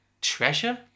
treasure